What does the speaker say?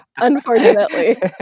unfortunately